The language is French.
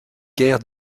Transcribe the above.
guère